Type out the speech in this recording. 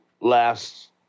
last